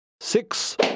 Six